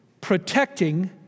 protecting